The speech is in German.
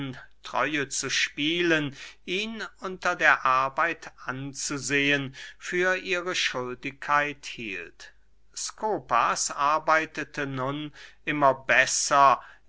treue zu spielen ihn unter der arbeit anzusehen für ihre schuldigkeit hielt skopas arbeitete nun immer besser